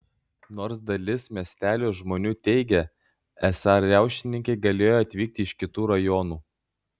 nors dalis miestelio žmonių teigė esą riaušininkai galėjo atvykti iš kitų rajonų